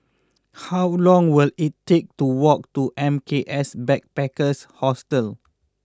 how long will it take to walk to M K S Backpackers Hostel